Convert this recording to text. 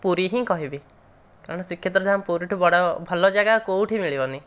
ପୁରୀ ହିଁ କହିବି କାରଣ ଶ୍ରୀକ୍ଷେତ୍ର ଧାମ ପୁରୀ ଠାରୁ ବଡ଼ ଭଲ ଜାଗା ଆଉ କେଉଁଠି ମିଳିବନି